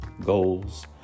goals